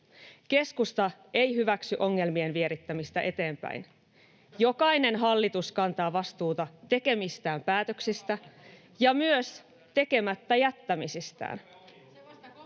Keskusta ei hyväksy ongelmien vierittämistä eteenpäin. Jokainen hallitus kantaa vastuuta tekemistään päätöksistä ja myös tekemättä jättämisistään.